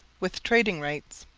with trading rights.